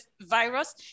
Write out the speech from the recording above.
virus